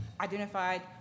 identified